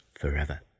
forever